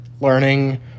learning